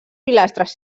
pilastres